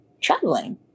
traveling